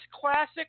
classic